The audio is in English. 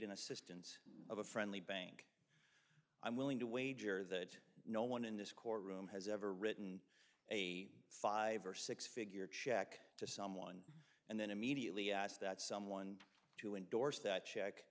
and assistance of a friendly bank i'm willing to wager that no one in this courtroom has ever written a five or six figure check to someone and then immediately ask that someone to endorse that check